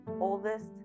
oldest